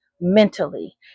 mentally